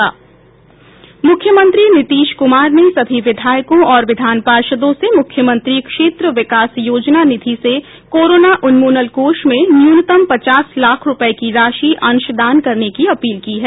मुख्यमंत्री नीतीश कुमार ने सभी विधायकों और विधान पार्षदों से मुख्यमंत्री क्षेत्र विकास योजना निधि से कोरोना उन्मूलन कोष में न्यूनतम पचास लाख रूपये की राशि अंशदान करने की अपील की है